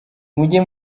mujye